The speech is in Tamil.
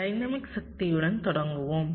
டைனமிக் சக்தியுடன் தொடங்குவோம்